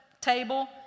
table